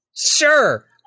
Sure